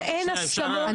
אין הסכמות.